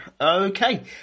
okay